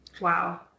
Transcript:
Wow